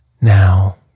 Now